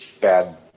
bad